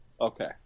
Okay